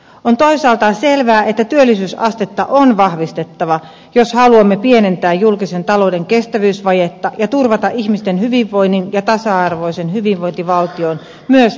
on toisaalta selvää että työllisyysastetta on vahvistettava jos haluamme pienentää julkisen talouden kestävyysvajetta ja turvata ihmisten hyvinvoinnin ja tasa arvoisen hyvinvointivaltion myös tulevaisuudessa